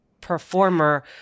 performer